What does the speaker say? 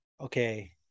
okay